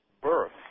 birth